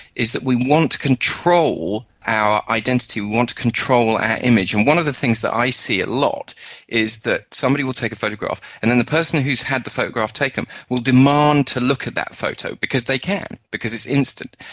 is that we want to control our identity, we want to control our image. and one of the things that i see a lot is that somebody will take a photograph and then the person who has had the photograph taken will demand to look at that photo because they can, because it's instant.